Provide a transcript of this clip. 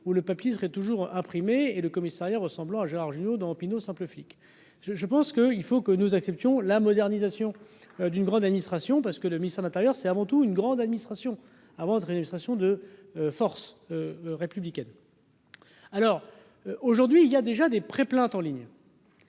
où le papier serait toujours imprimer et le commissariat ressemblant à Gérard Jugnot dans Pinot simple flic, je, je pense que il faut que nous acceptions la modernisation d'une grande administration parce que le mystère, l'intérieur, c'est avant tout une grande administration. à vendre une illustration de Force républicaine alors. Aujourd'hui il y a déjà des pré-plaintes en ligne.